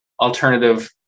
alternative